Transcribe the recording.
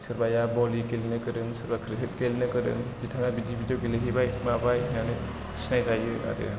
सोरबाया भलि गेलेनो गोरों सोरबा क्रिकेट गेलेनो गोरों बिथाङा बिदि बिदियाव गेले हैबाय माबाय होन्नानै सिनाय जायो आरो